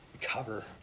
cover